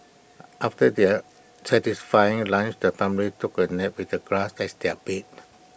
after their satisfying lunch the family took A nap with the grass as their bed